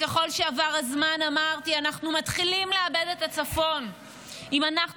ככל שעבר הזמן אמרתי: אנחנו מתחילים לאבד את הצפון אם אנחנו